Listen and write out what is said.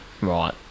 Right